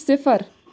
صِفر